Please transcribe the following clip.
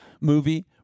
movie